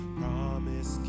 promise